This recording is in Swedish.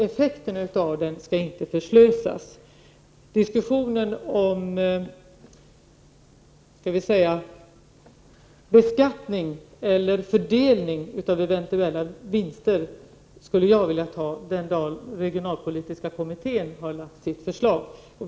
Effekterna av den skall inte förslösas. Diskussionen om, skall vi säga beskattning eller fördelning av eventuella vinster skulle jag vilja ta den dag den regionalpolitiska kommittén har lagt fram sitt förslag.